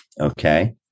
Okay